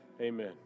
amen